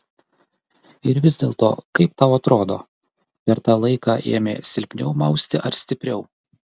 ir vis dėlto kaip tau atrodo per tą laiką ėmė silpniau mausti ar stipriau